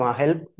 help